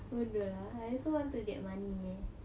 I also want to get money eh